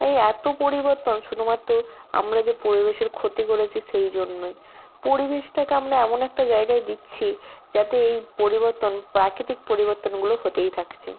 এই এতো পরিবর্তন শুধুমাত্র আমরা যে পরিবেশের ক্ষতি করেছি সেই জন্যই পরিবেশটাকে আমরা এমন একটা জায়গায় দিচ্ছি যাতে এই পরিবর্তন প্রাকৃতিক পরিবর্তনগুলো হতেই থাকছে